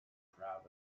proud